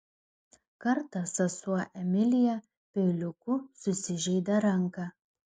kartą sesuo emilija peiliuku susižeidė ranką